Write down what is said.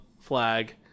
Flag